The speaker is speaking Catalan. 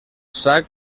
sac